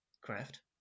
craft